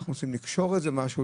אנחנו רוצים לקשור איזה משהו,